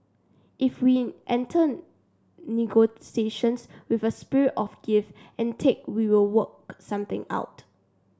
if we enter negotiations with a spirit of give and take we will work something out